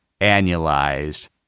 annualized